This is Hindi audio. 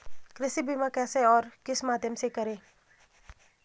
कृषि बीमा कैसे और किस माध्यम से करें?